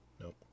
Nope